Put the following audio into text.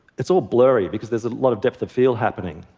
it's all blurry because there's a lot of depth of field happening.